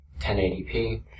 1080p